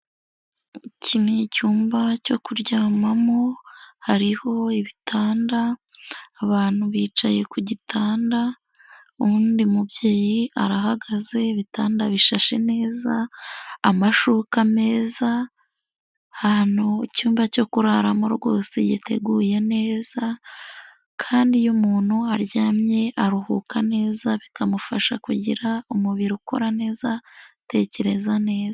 Iki ni icyumba cyo kuryamamo, hariho ibitanda, abantu bicaye ku gitanda, uwundi mubyeyi arahagaze, ibitanda bishashe neza, amashuka meza, ahantu icyumba cyo kuraramo rwose yiteguye neza kandi iyo umuntu aryamye aruhuka neza, bikamufasha kugira umubiri ukora neza, tekereza neza.